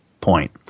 point